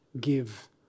give